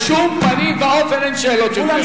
בשום פנים ואופן אין שאלות יותר.